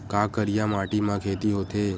का करिया माटी म खेती होथे?